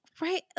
Right